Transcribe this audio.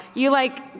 you like,